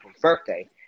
birthday